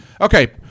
Okay